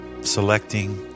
selecting